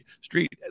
street